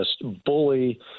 bully